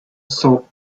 sent